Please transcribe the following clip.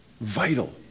Vital